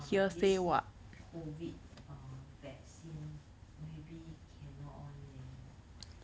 err this COVID vaccine maybe cannot one leh